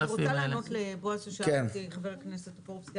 אני רוצה לענות לחבר הכנסת בועז טופורובסקי,